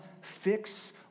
fix